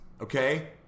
okay